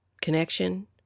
Connection